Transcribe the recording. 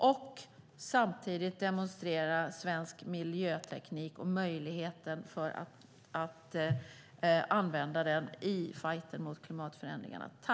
Vi ska också demonstrera svensk miljöteknik och möjligheten att använda den i fajten mot klimatförändringarna.